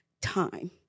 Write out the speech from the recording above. time